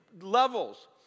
levels